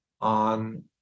on